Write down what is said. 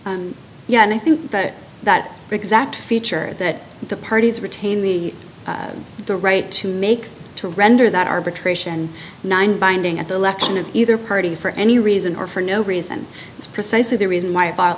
yet i think that that exact feature that the parties retain the right to make to render that arbitration nine binding at the election of either party for any reason or for no reason is precisely the reason why i bought